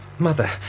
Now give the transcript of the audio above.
Mother